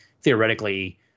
theoretically